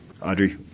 Audrey